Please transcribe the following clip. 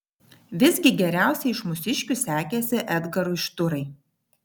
visgi geriausiai iš mūsiškių sekėsi edgarui šturai